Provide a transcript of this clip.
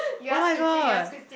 oh-my-god